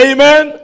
Amen